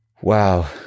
Wow